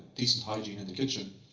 decent hygiene in the kitchen,